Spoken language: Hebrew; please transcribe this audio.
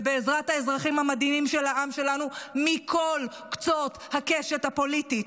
ובעזרת האזרחים המדהימים של העם שלנו מכל קצות הקשת הפוליטית,